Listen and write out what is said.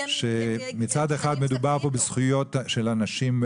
מצד אחד מדובר פה בזכויות של אנשים.